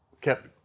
kept